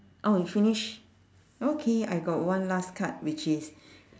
oh you finish okay I got one last card which is